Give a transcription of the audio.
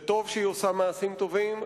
וטוב שהיא עושה מעשים טובים,